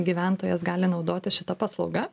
gyventojas gali naudotis šita paslauga